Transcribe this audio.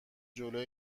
جلوی